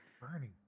Burning